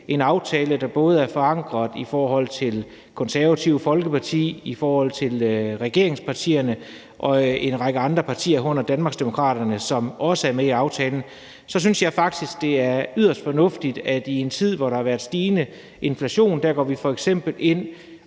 en aftale, der både er forankret i regeringspartierne, Det Konservative Folkeparti og en række andre partier, herunder Danmarksdemokraterne, som også er med i aftalen – synes jeg faktisk, det er yderst fornuftigt, at vi i en tid, hvor der har været stigende inflation, går f.eks. ind